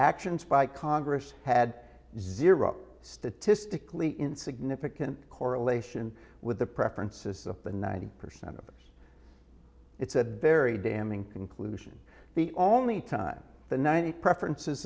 actions by congress had zero statistically insignificant correlation with the preferences of the ninety percent of us it's a very damning conclusion the only time the ninety preferences